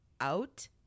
out